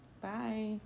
Bye